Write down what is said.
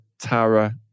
Tara